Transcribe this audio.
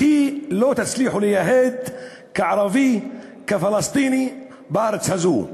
אותי לא תצליחו לייהד, כערבי, כפלסטיני בארץ הזו.